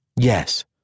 Yes